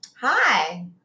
Hi